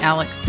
Alex